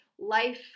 life